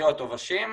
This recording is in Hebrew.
פטריות עובשים,